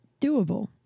doable